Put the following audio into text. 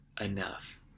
enough